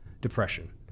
depression